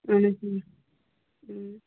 اَہَن حظ